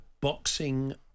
Boxing